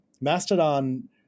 Mastodon